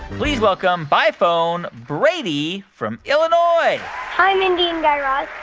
please welcome by phone brady from illinois hi, mindy and guy raz.